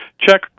check